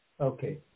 Okay